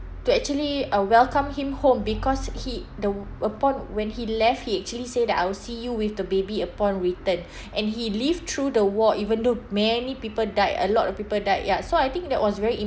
to actually uh welcome him home because he the upon when he left he actually say that I will see you with the baby upon return and he lived through the war even though many people died a lot of people died ya so I think that was very